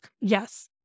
Yes